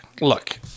look